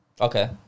Okay